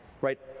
right